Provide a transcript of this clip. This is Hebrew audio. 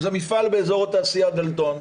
זה מפעל באזור התעשייה דלתון.